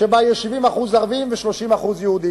שיהיו בה 70% ערבים ו-30% יהודים,